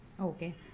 Okay